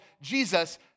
Jesus